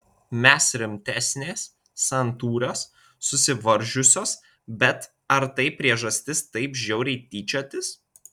mes rimtesnės santūrios susivaržiusios bet ar tai priežastis taip žiauriai tyčiotis